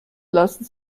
lassen